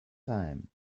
time